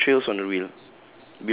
ya there's a trails on the wheel